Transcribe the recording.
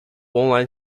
online